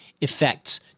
effects